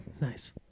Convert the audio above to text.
nice